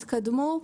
התקדמו.